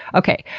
okay.